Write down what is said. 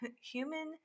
human